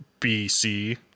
BC